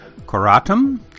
Coratum